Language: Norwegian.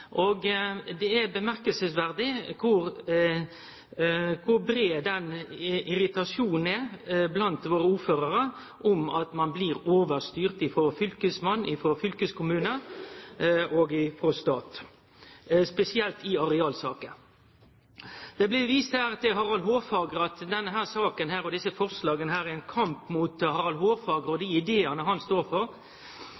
er tankevekkjande å sjå kor brei irritasjonen er blant våre ordførarar over at dei blir overstyrte av fylkesmann, fylkeskommune og stat, spesielt i arealsaker. Det blei her vist til Harald Hårfagre, at denne saka og desse forslaga er ein kamp mot Harald Hårfagre og